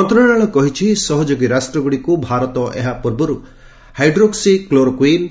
ମନ୍ତ୍ରଣାଳୟ କହିଛି ସହଯୋଗୀ ରାଷ୍ଟ୍ରଗୁଡ଼ିକୁ ଭାରତ ଏହା ପୂର୍ବରୁ ହାଇଡ୍ରୋକ୍ସି କ୍ଲୋରୋକୁଇନ୍